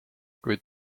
kuid